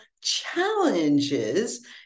challenges